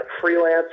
freelance